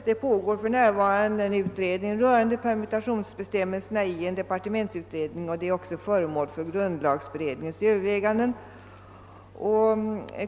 Permutationsbestämmelserna behandlas av den nu arbetande departementsutredningen och de är även föremål för grundlagberedningens överväganden.